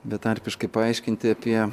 betarpiškai paaiškinti apie